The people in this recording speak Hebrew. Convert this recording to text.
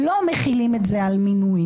לא מחילים את זה על מינויים.